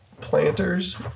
planters